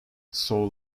sol